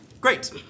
Great